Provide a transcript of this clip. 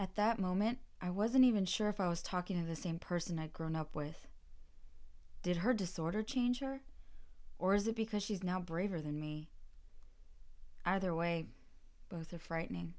at that moment i wasn't even sure if i was talking to the same person i'd grown up with did her disorder change or is it because she's now braver than me either way both are frightening